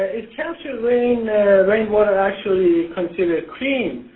is captured rainwater actually considered clean?